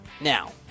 Now